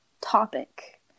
topic